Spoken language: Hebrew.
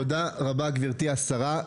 תודה רבה, גברתי השרה.